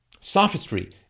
sophistry